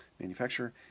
manufacturer